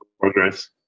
Progress